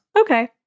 Okay